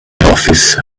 office